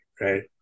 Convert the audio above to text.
right